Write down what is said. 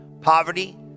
Poverty